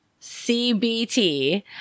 CBT